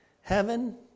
Heaven